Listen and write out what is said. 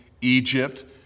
Egypt